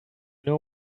know